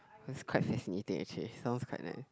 that's quite fascinating actually sounds quite nice